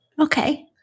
Okay